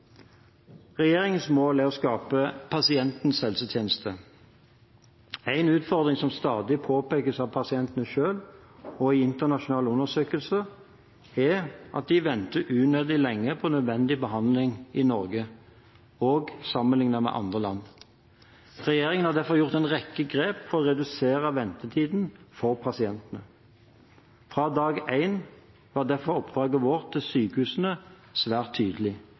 Regjeringens mål er å skape pasientens helsetjeneste. En utfordring som stadig påpekes av pasientene selv og i internasjonale undersøkelser, er at en venter unødig lenge på nødvendig behandling i Norge sammenlignet med andre land. Regjeringen har derfor tatt en rekke grep for å redusere ventetiden for pasientene. Fra dag én var derfor oppdraget vårt til sykehusene svært tydelig: